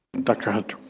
dr. hunt.